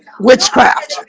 witchcraft